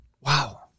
Wow